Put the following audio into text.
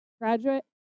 graduate